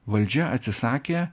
valdžia atsisakė